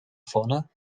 fauna